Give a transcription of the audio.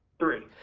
three.